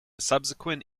subsequent